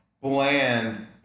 bland